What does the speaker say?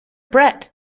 brett